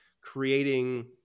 creating